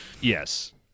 yes